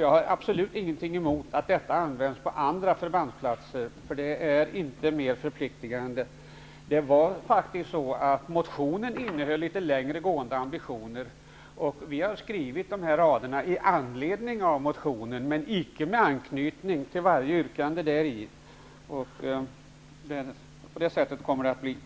Jag har absolut ingenting emot att detta används på andra förband. Mer förpliktigande är det inte. Motionen innehöll litet längre gående ambitioner. Vi har skrivit dessa rader i anledning av motionen, men icke med anknytning till varje yrkande däri. På det sättet kommer det att bli.